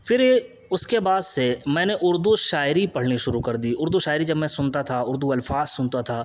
پھر اس کے بعد سے میں نے اردو شاعری پڑھنی شروع کر دی اردو شاعری جب میں سنتا تھا اردو الفاظ سنتا تھا